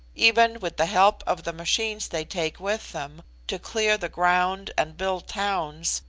even with the help of the machines they take with them, to clear the ground, and build towns,